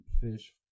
fish